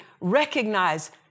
recognize